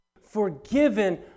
forgiven